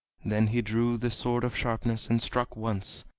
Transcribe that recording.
then he drew the sword of sharpness and struck once,